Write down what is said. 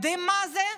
יודעים מה זה?